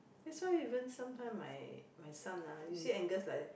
that's why even sometimes my my son ah you see Angus like that